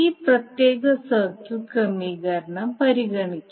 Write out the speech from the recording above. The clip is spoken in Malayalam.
ഈ പ്രത്യേക സർക്യൂട്ട് ക്രമീകരണം പരിഗണിക്കാം